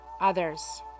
others